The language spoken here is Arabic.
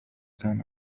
كان